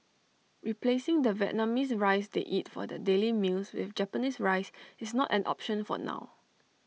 replacing the Vietnamese rice they eat for their daily meals with Japanese rice is not an option for now